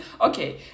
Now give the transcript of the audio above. Okay